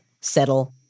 settle